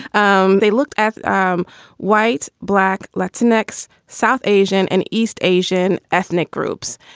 um they looked at um white, black, latin x, south asian and east asian ethnic groups.